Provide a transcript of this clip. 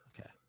Okay